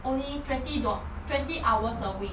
only twenty doll~ twenty hours a week